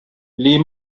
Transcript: les